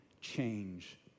change